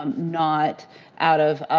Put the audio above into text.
um not out of